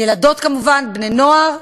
ילדות כמובן, בני-נוער,